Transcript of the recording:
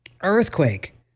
earthquake